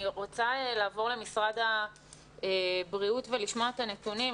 אני רוצה לעבור למשרד הבריאות ולשמוע את הנתונים.